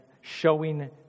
showing